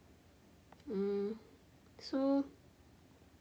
hmm so